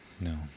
No